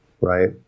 right